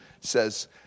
says